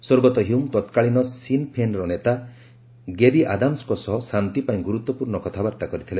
ସ୍ୱର୍ଗତ ହ୍ୟୁମ୍ ତତ୍କାଳୀନ ସିନ୍ ଫେନ୍ର ନେତା ଗେରି ଆଦାମସଙ୍କ ସହ ଶାନ୍ତି ପାଇଁ ଗୁରୁତ୍ୱପୂର୍ଣ୍ଣ କଥାବାର୍ତ୍ତା କରିଥିଲେ